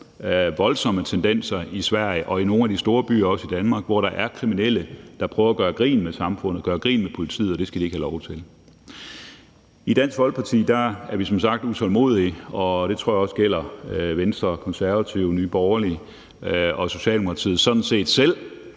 voldsomme tendenser i Sverige og også i nogle af de store byer i Danmark, hvor der er kriminelle, der prøver at gøre grin med samfundet, gøre grin med politiet, og det skal de ikke have lov til. I Dansk Folkeparti er vi som sagt utålmodige, og det tror jeg også gælder Venstre og Konservative og Nye Borgerlige og sådan set Socialdemokratiet selv.